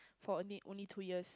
for only only two years